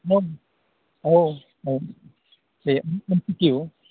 औ औ औ दे थेंक इउ